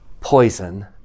poison